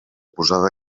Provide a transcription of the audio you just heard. posada